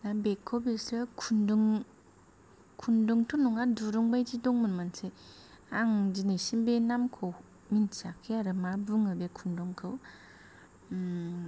बे बेगखौ बिस्रो खुन्दुं खुन्दुंथ' नङा दुरुं बायदि दंमोन मोनसे आं दिनैसिम बे नामखौ मिन्थियाखै आरो मा बुङो बे खुन्दुंखौ